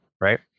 right